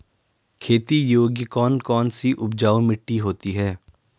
खेती योग्य कौन कौन सी उपजाऊ मिट्टी होती है?